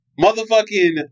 motherfucking